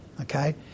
Okay